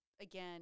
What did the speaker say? Again